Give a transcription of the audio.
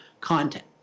content